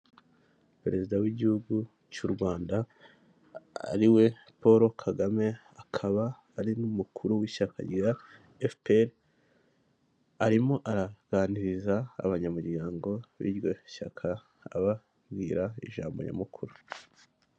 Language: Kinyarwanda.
Perezida w'igihugu cy'u Rwanda ariwe Paul Kagame, akaba ari n'umukuru w'ishyaka rya fpr. Arimo araganiriza abanyamuryango b'iryo shyaka ababwira ijambo nyamukuru.